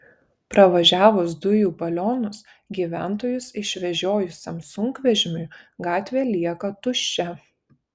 pravažiavus dujų balionus gyventojus išvežiojusiam sunkvežimiui gatvė lieka tuščia